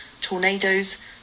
tornadoes